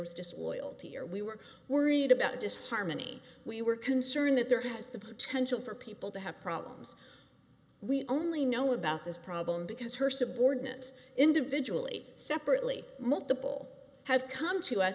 was just loyalty or we were worried about disharmony we were concerned that there has the potential for people to have problems we only know about this problem because her subordinates individually separately multiple have come to us